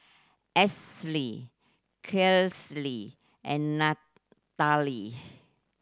Ashely and Natalie